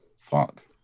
fuck